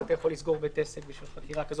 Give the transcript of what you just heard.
מבין שהוא לא יכול לתשאל אחד אחד,